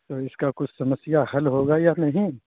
تو اس کا کچھ سمسیا حل ہوگا یا نہیں